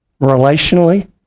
Relationally